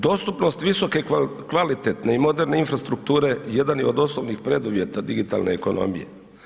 Dostupnost visokokvalitetne i moderne infrastrukture jedan je od osnovnih preduvjeta digitalne ekonomije.